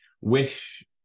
wish